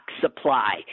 supply